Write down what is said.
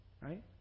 Right